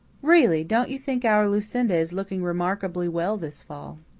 really, don't you think our lucinda is looking remarkably well this fall?